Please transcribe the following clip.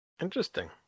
Interesting